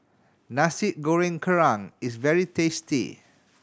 Nasi Goreng Kerang is very tasty